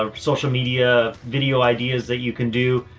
ah social media video ideas that you can do.